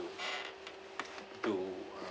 to to uh